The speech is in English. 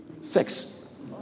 sex